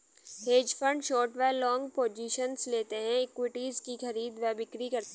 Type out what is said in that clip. hedge fund short व long positions लेते हैं, इक्विटीज की खरीद व बिक्री करते हैं